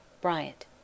Bryant